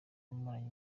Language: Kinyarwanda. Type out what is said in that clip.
amaranye